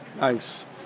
Nice